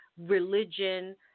religion